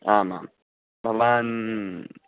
आम् आं भवान्